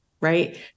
right